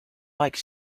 like